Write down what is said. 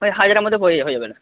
প্রায় হাজারের মধ্যে হয়ে হয়ে যাবে